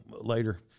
later